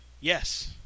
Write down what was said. Yes